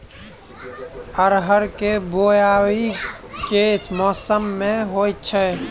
अरहर केँ बोवायी केँ मौसम मे होइ छैय?